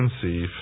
conceive